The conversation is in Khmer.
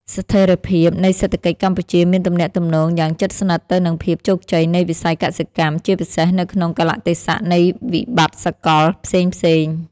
ស្ថិរភាពនៃសេដ្ឋកិច្ចកម្ពុជាមានទំនាក់ទំនងយ៉ាងជិតស្និទ្ធទៅនឹងភាពជោគជ័យនៃវិស័យកសិកម្ម ជាពិសេសនៅក្នុងកាលៈទេសៈនៃវិបត្តិសកលផ្សេងៗ។